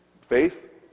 Faith